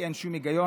כי אין שום היגיון,